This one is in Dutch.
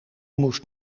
moest